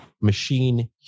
machine